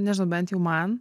nežinau bent jau man